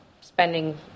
spending